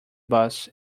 bus